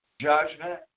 judgment